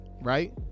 right